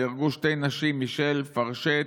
נהרגו שתי נשים: מישל פרשט,